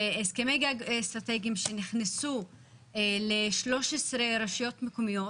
שהסכמי גג אסטרטגיים שנכנסו ל-13 רשויות מקומיות